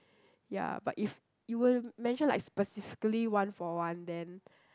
ya but if you will mention like specifically one for one then